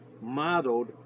modeled